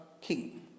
king